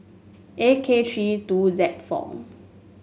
A K three two Z four